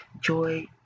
joy